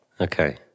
Okay